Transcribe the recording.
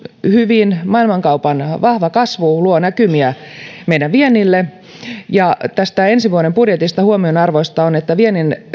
hyvin maailmankaupan vahva kasvu luo näkymiä meidän viennille ja tässä ensi vuoden budjetissa huomionarvoista on että viennin